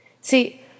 See